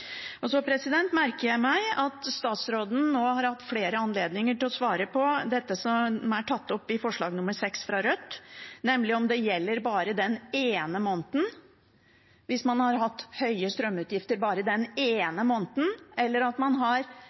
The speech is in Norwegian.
merker meg at statsråden nå har hatt flere anledninger til å svare på det som er tatt opp i forslag nr. 6, fra Rødt, nemlig om det gjelder bare den ene måneden, hvis man har hatt høye strømutgifter bare den ene måneden, og om man detter ut av hele ordningen hvis man har